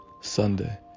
Sunday